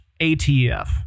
ATF